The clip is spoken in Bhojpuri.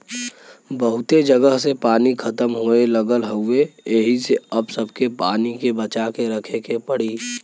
बहुते जगह से पानी खतम होये लगल हउवे एही से अब सबके पानी के बचा के रखे के पड़ी